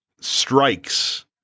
strikes